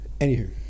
Anywho